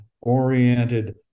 oriented